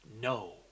no